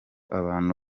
abantu